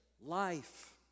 life